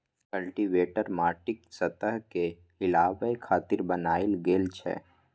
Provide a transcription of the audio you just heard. cultivator माटिक सतह कें हिलाबै खातिर बनाएल गेल छै